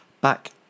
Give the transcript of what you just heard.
back